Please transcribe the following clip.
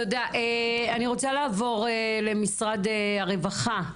תודה, אני מבקשת לעבור למשרד הרווחה.